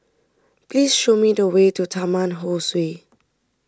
please show me the way to Taman Ho Swee